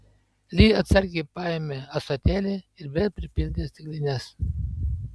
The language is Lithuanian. li atsargiai paėmė ąsotėlį ir vėl pripildė stiklines